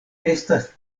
estas